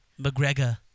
McGregor